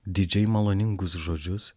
didžiai maloningus žodžius